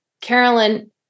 Carolyn